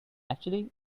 actually